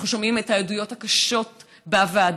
אנחנו שומעים את העדויות הקשות בוועדה,